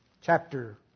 chapter